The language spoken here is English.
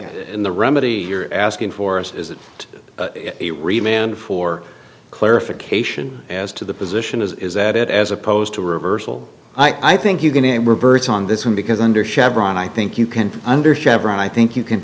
in the remedy you're asking for is that it remained for clarification as to the position is that it as opposed to reversal i think you're going to revert on this one because under chevron i think you can under chevron i think you can